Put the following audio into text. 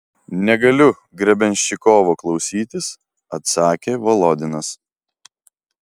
negaliu grebenščikovo klausytis atsakė volodinas